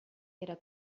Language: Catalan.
era